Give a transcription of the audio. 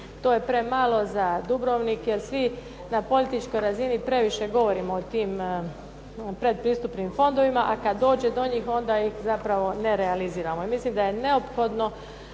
To je premalo za Dubrovnik, jer svi na političkoj razini govorimo previše o tim predpristupnim fondovima, a kada dođe do njih onda ih zapravo ne realiziramo. Mislim da je neophodno